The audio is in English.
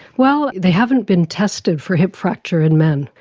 well, they haven't been tested for hip fracture in men.